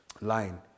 line